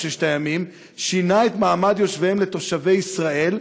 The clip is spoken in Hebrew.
ששת הימים שינה את מעמד יושביהם לתושבי ישראל,